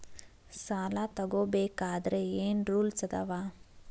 ಸಾಲ ತಗೋ ಬೇಕಾದ್ರೆ ಏನ್ ರೂಲ್ಸ್ ಅದಾವ?